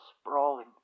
sprawling